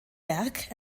werk